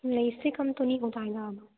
नहीं इससे कम तो नहीं हो पाएगा अब